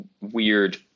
weird